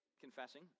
confessing